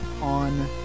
on